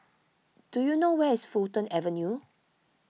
do you know where is Fulton Avenue